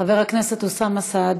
חבר הכנסת אוסאמה סעדי,